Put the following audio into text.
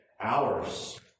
hours